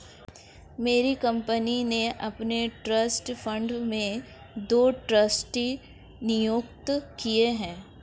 मेरी कंपनी ने अपने ट्रस्ट फण्ड में दो ट्रस्टी नियुक्त किये है